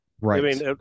Right